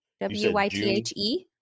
W-Y-T-H-E